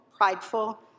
prideful